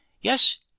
yes